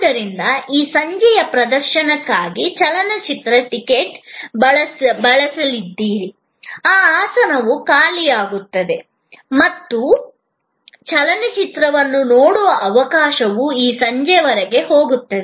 ಆದ್ದರಿಂದ ಈ ಸಂಜೆಯ ಪ್ರದರ್ಶನಕ್ಕಾಗಿ ಚಲನಚಿತ್ರ ಟಿಕೆಟ್ ಬಳಸದಿದ್ದರೆ ಆ ಆಸನವು ಖಾಲಿಯಾಗುತ್ತದೆ ಮತ್ತು ಚಲನಚಿತ್ರವನ್ನು ನೋಡುವ ಅವಕಾಶವು ಈ ಸಂಜೆಯವರೆಗೆ ಹೋಗುತ್ತದೆ